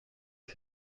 que